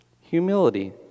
Humility